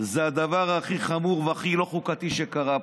זה הדבר הכי חמור והכי לא חוקתי שקרה פה,